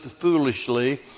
foolishly